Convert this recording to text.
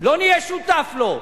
לא נהיה שותף לו,